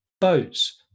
boats